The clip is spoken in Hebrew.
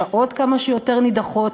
בשעות כמה שיותר נידחות,